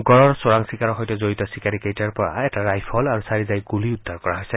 গঁড়ৰ চোৰাং চিকাৰৰ সৈতে জড়িত চিকাৰীকেইটাৰ পৰা এটা ৰাইফল আৰু চাৰি জাঁই গুলী উদ্ধাৰ কৰা হৈছে